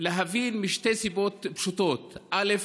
להבין משתי סיבות פשוטות: א.